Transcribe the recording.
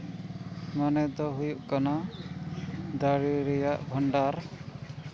ᱢᱟᱱᱮ ᱫᱚ ᱦᱩᱭᱩᱜ ᱠᱟᱱᱟ ᱫᱟᱨᱮ ᱨᱮᱭᱟᱜ ᱵᱷᱟᱱᱰᱟᱨ